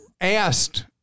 asked